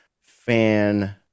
fan